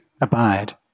abide